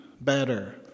better